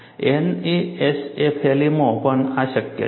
NASFLA માં પણ આ શક્ય છે